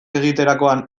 egiterakoan